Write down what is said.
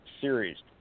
Series